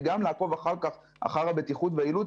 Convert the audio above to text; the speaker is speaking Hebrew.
וגם לעקוב אחר כך אחר הבטיחות והיעילות,